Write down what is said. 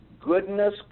Goodness